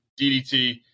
DDT